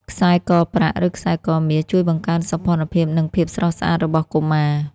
ខ្សែកប្រាក់ ឬខ្សែកមាស ជួយបង្កើនសោភ័ណភាព និងភាពស្រស់ស្អាតរបស់កុមារ។